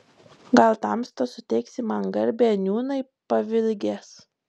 gal tamsta suteiksi man garbę nūnai pavilgęs